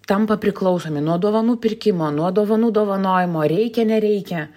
tampa priklausomi nuo dovanų pirkimo nuo dovanų dovanojimo reikia nereikia